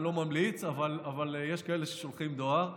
אני לא ממליץ, אבל יש כאלה ששולחים דואר.